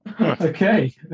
Okay